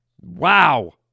Wow